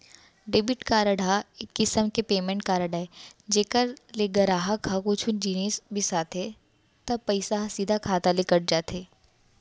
debit card ह एक किसम के पेमेंट कारड अय जेकर ले गराहक ह कुछु जिनिस बिसाथे त पइसा ह सीधा खाता ले कट जाथे